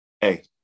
hey